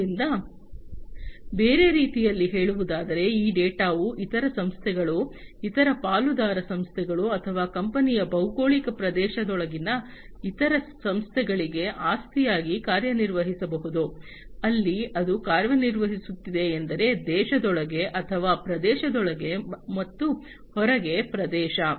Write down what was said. ಆದ್ದರಿಂದ ಬೇರೆ ರೀತಿಯಲ್ಲಿ ಹೇಳುವುದಾದರೆ ಈ ಡೇಟಾವು ಇತರ ಸಂಸ್ಥೆಗಳು ಇತರ ಪಾಲುದಾರ ಸಂಸ್ಥೆಗಳು ಅಥವಾ ಕಂಪನಿಯ ಭೌಗೋಳಿಕ ಪ್ರದೇಶದೊಳಗಿನ ಇತರ ಸಂಸ್ಥೆಗಳಿಗೆ ಆಸ್ತಿಯಾಗಿ ಕಾರ್ಯನಿರ್ವಹಿಸಬಹುದು ಅಲ್ಲಿ ಅದು ಕಾರ್ಯನಿರ್ವಹಿಸುತ್ತಿದೆ ಎಂದರೆ ದೇಶದೊಳಗೆ ಅಥವಾ ಪ್ರದೇಶದೊಳಗೆ ಮತ್ತು ಹೊರಗೆ ಪ್ರದೇಶ